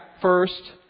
first